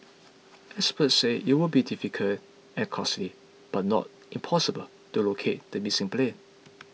experts say it will be difficult and costly but not impossible to locate the missing plane